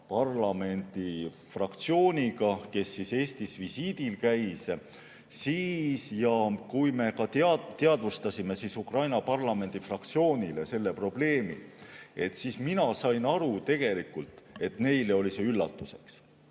parlamendifraktsiooniga, kes Eestis visiidil käis, ja kui me teadvustasime ka Ukraina parlamendifraktsioonile seda probleemi, siis mina sain aru, et neile oli see üllatuseks.